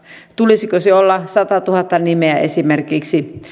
tulisiko sen olla satatuhatta nimeä esimerkiksi